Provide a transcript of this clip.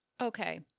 Okay